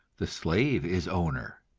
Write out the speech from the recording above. the slave is owner,